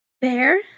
Bear